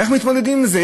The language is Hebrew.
איך מתמודדים עם זה?